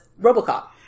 RoboCop